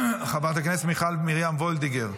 חברת הכנסת מיכל מרים וולדיגר.